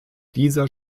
dieser